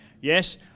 Yes